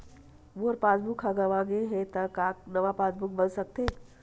मोर passbook ह गंवा गे हे त का नवा पास बुक बन सकथे?